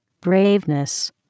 braveness